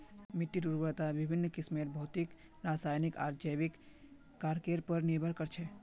मिट्टीर उर्वरता विभिन्न किस्मेर भौतिक रासायनिक आर जैविक कारकेर पर निर्भर कर छे